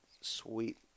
sweet